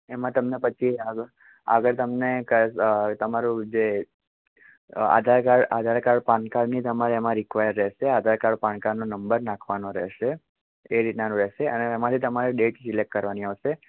એમાં તમને પછી આગળ આગળ તમને તમારું જે આધાર કાડ આધાર કાડ પાનકાર્ડની તમારે એમાં રિકવાયર રહેશે આધાર કાર્ડ પાનકાર્ડનો નંબર નાખવાનો રહેશે એ રીતનું રહેશે અને એમાંથી તમારે ડેટ સિલેક્ટ કરવાની આવશે